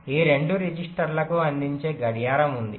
కాబట్టి ఈ రెండు రిజిస్టర్లకు అందించే గడియారం ఉంది